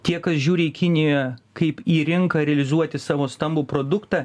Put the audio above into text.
tie kas žiūri į kiniją kaip į rinką realizuoti savo stambų produktą